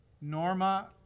Norma